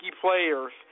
players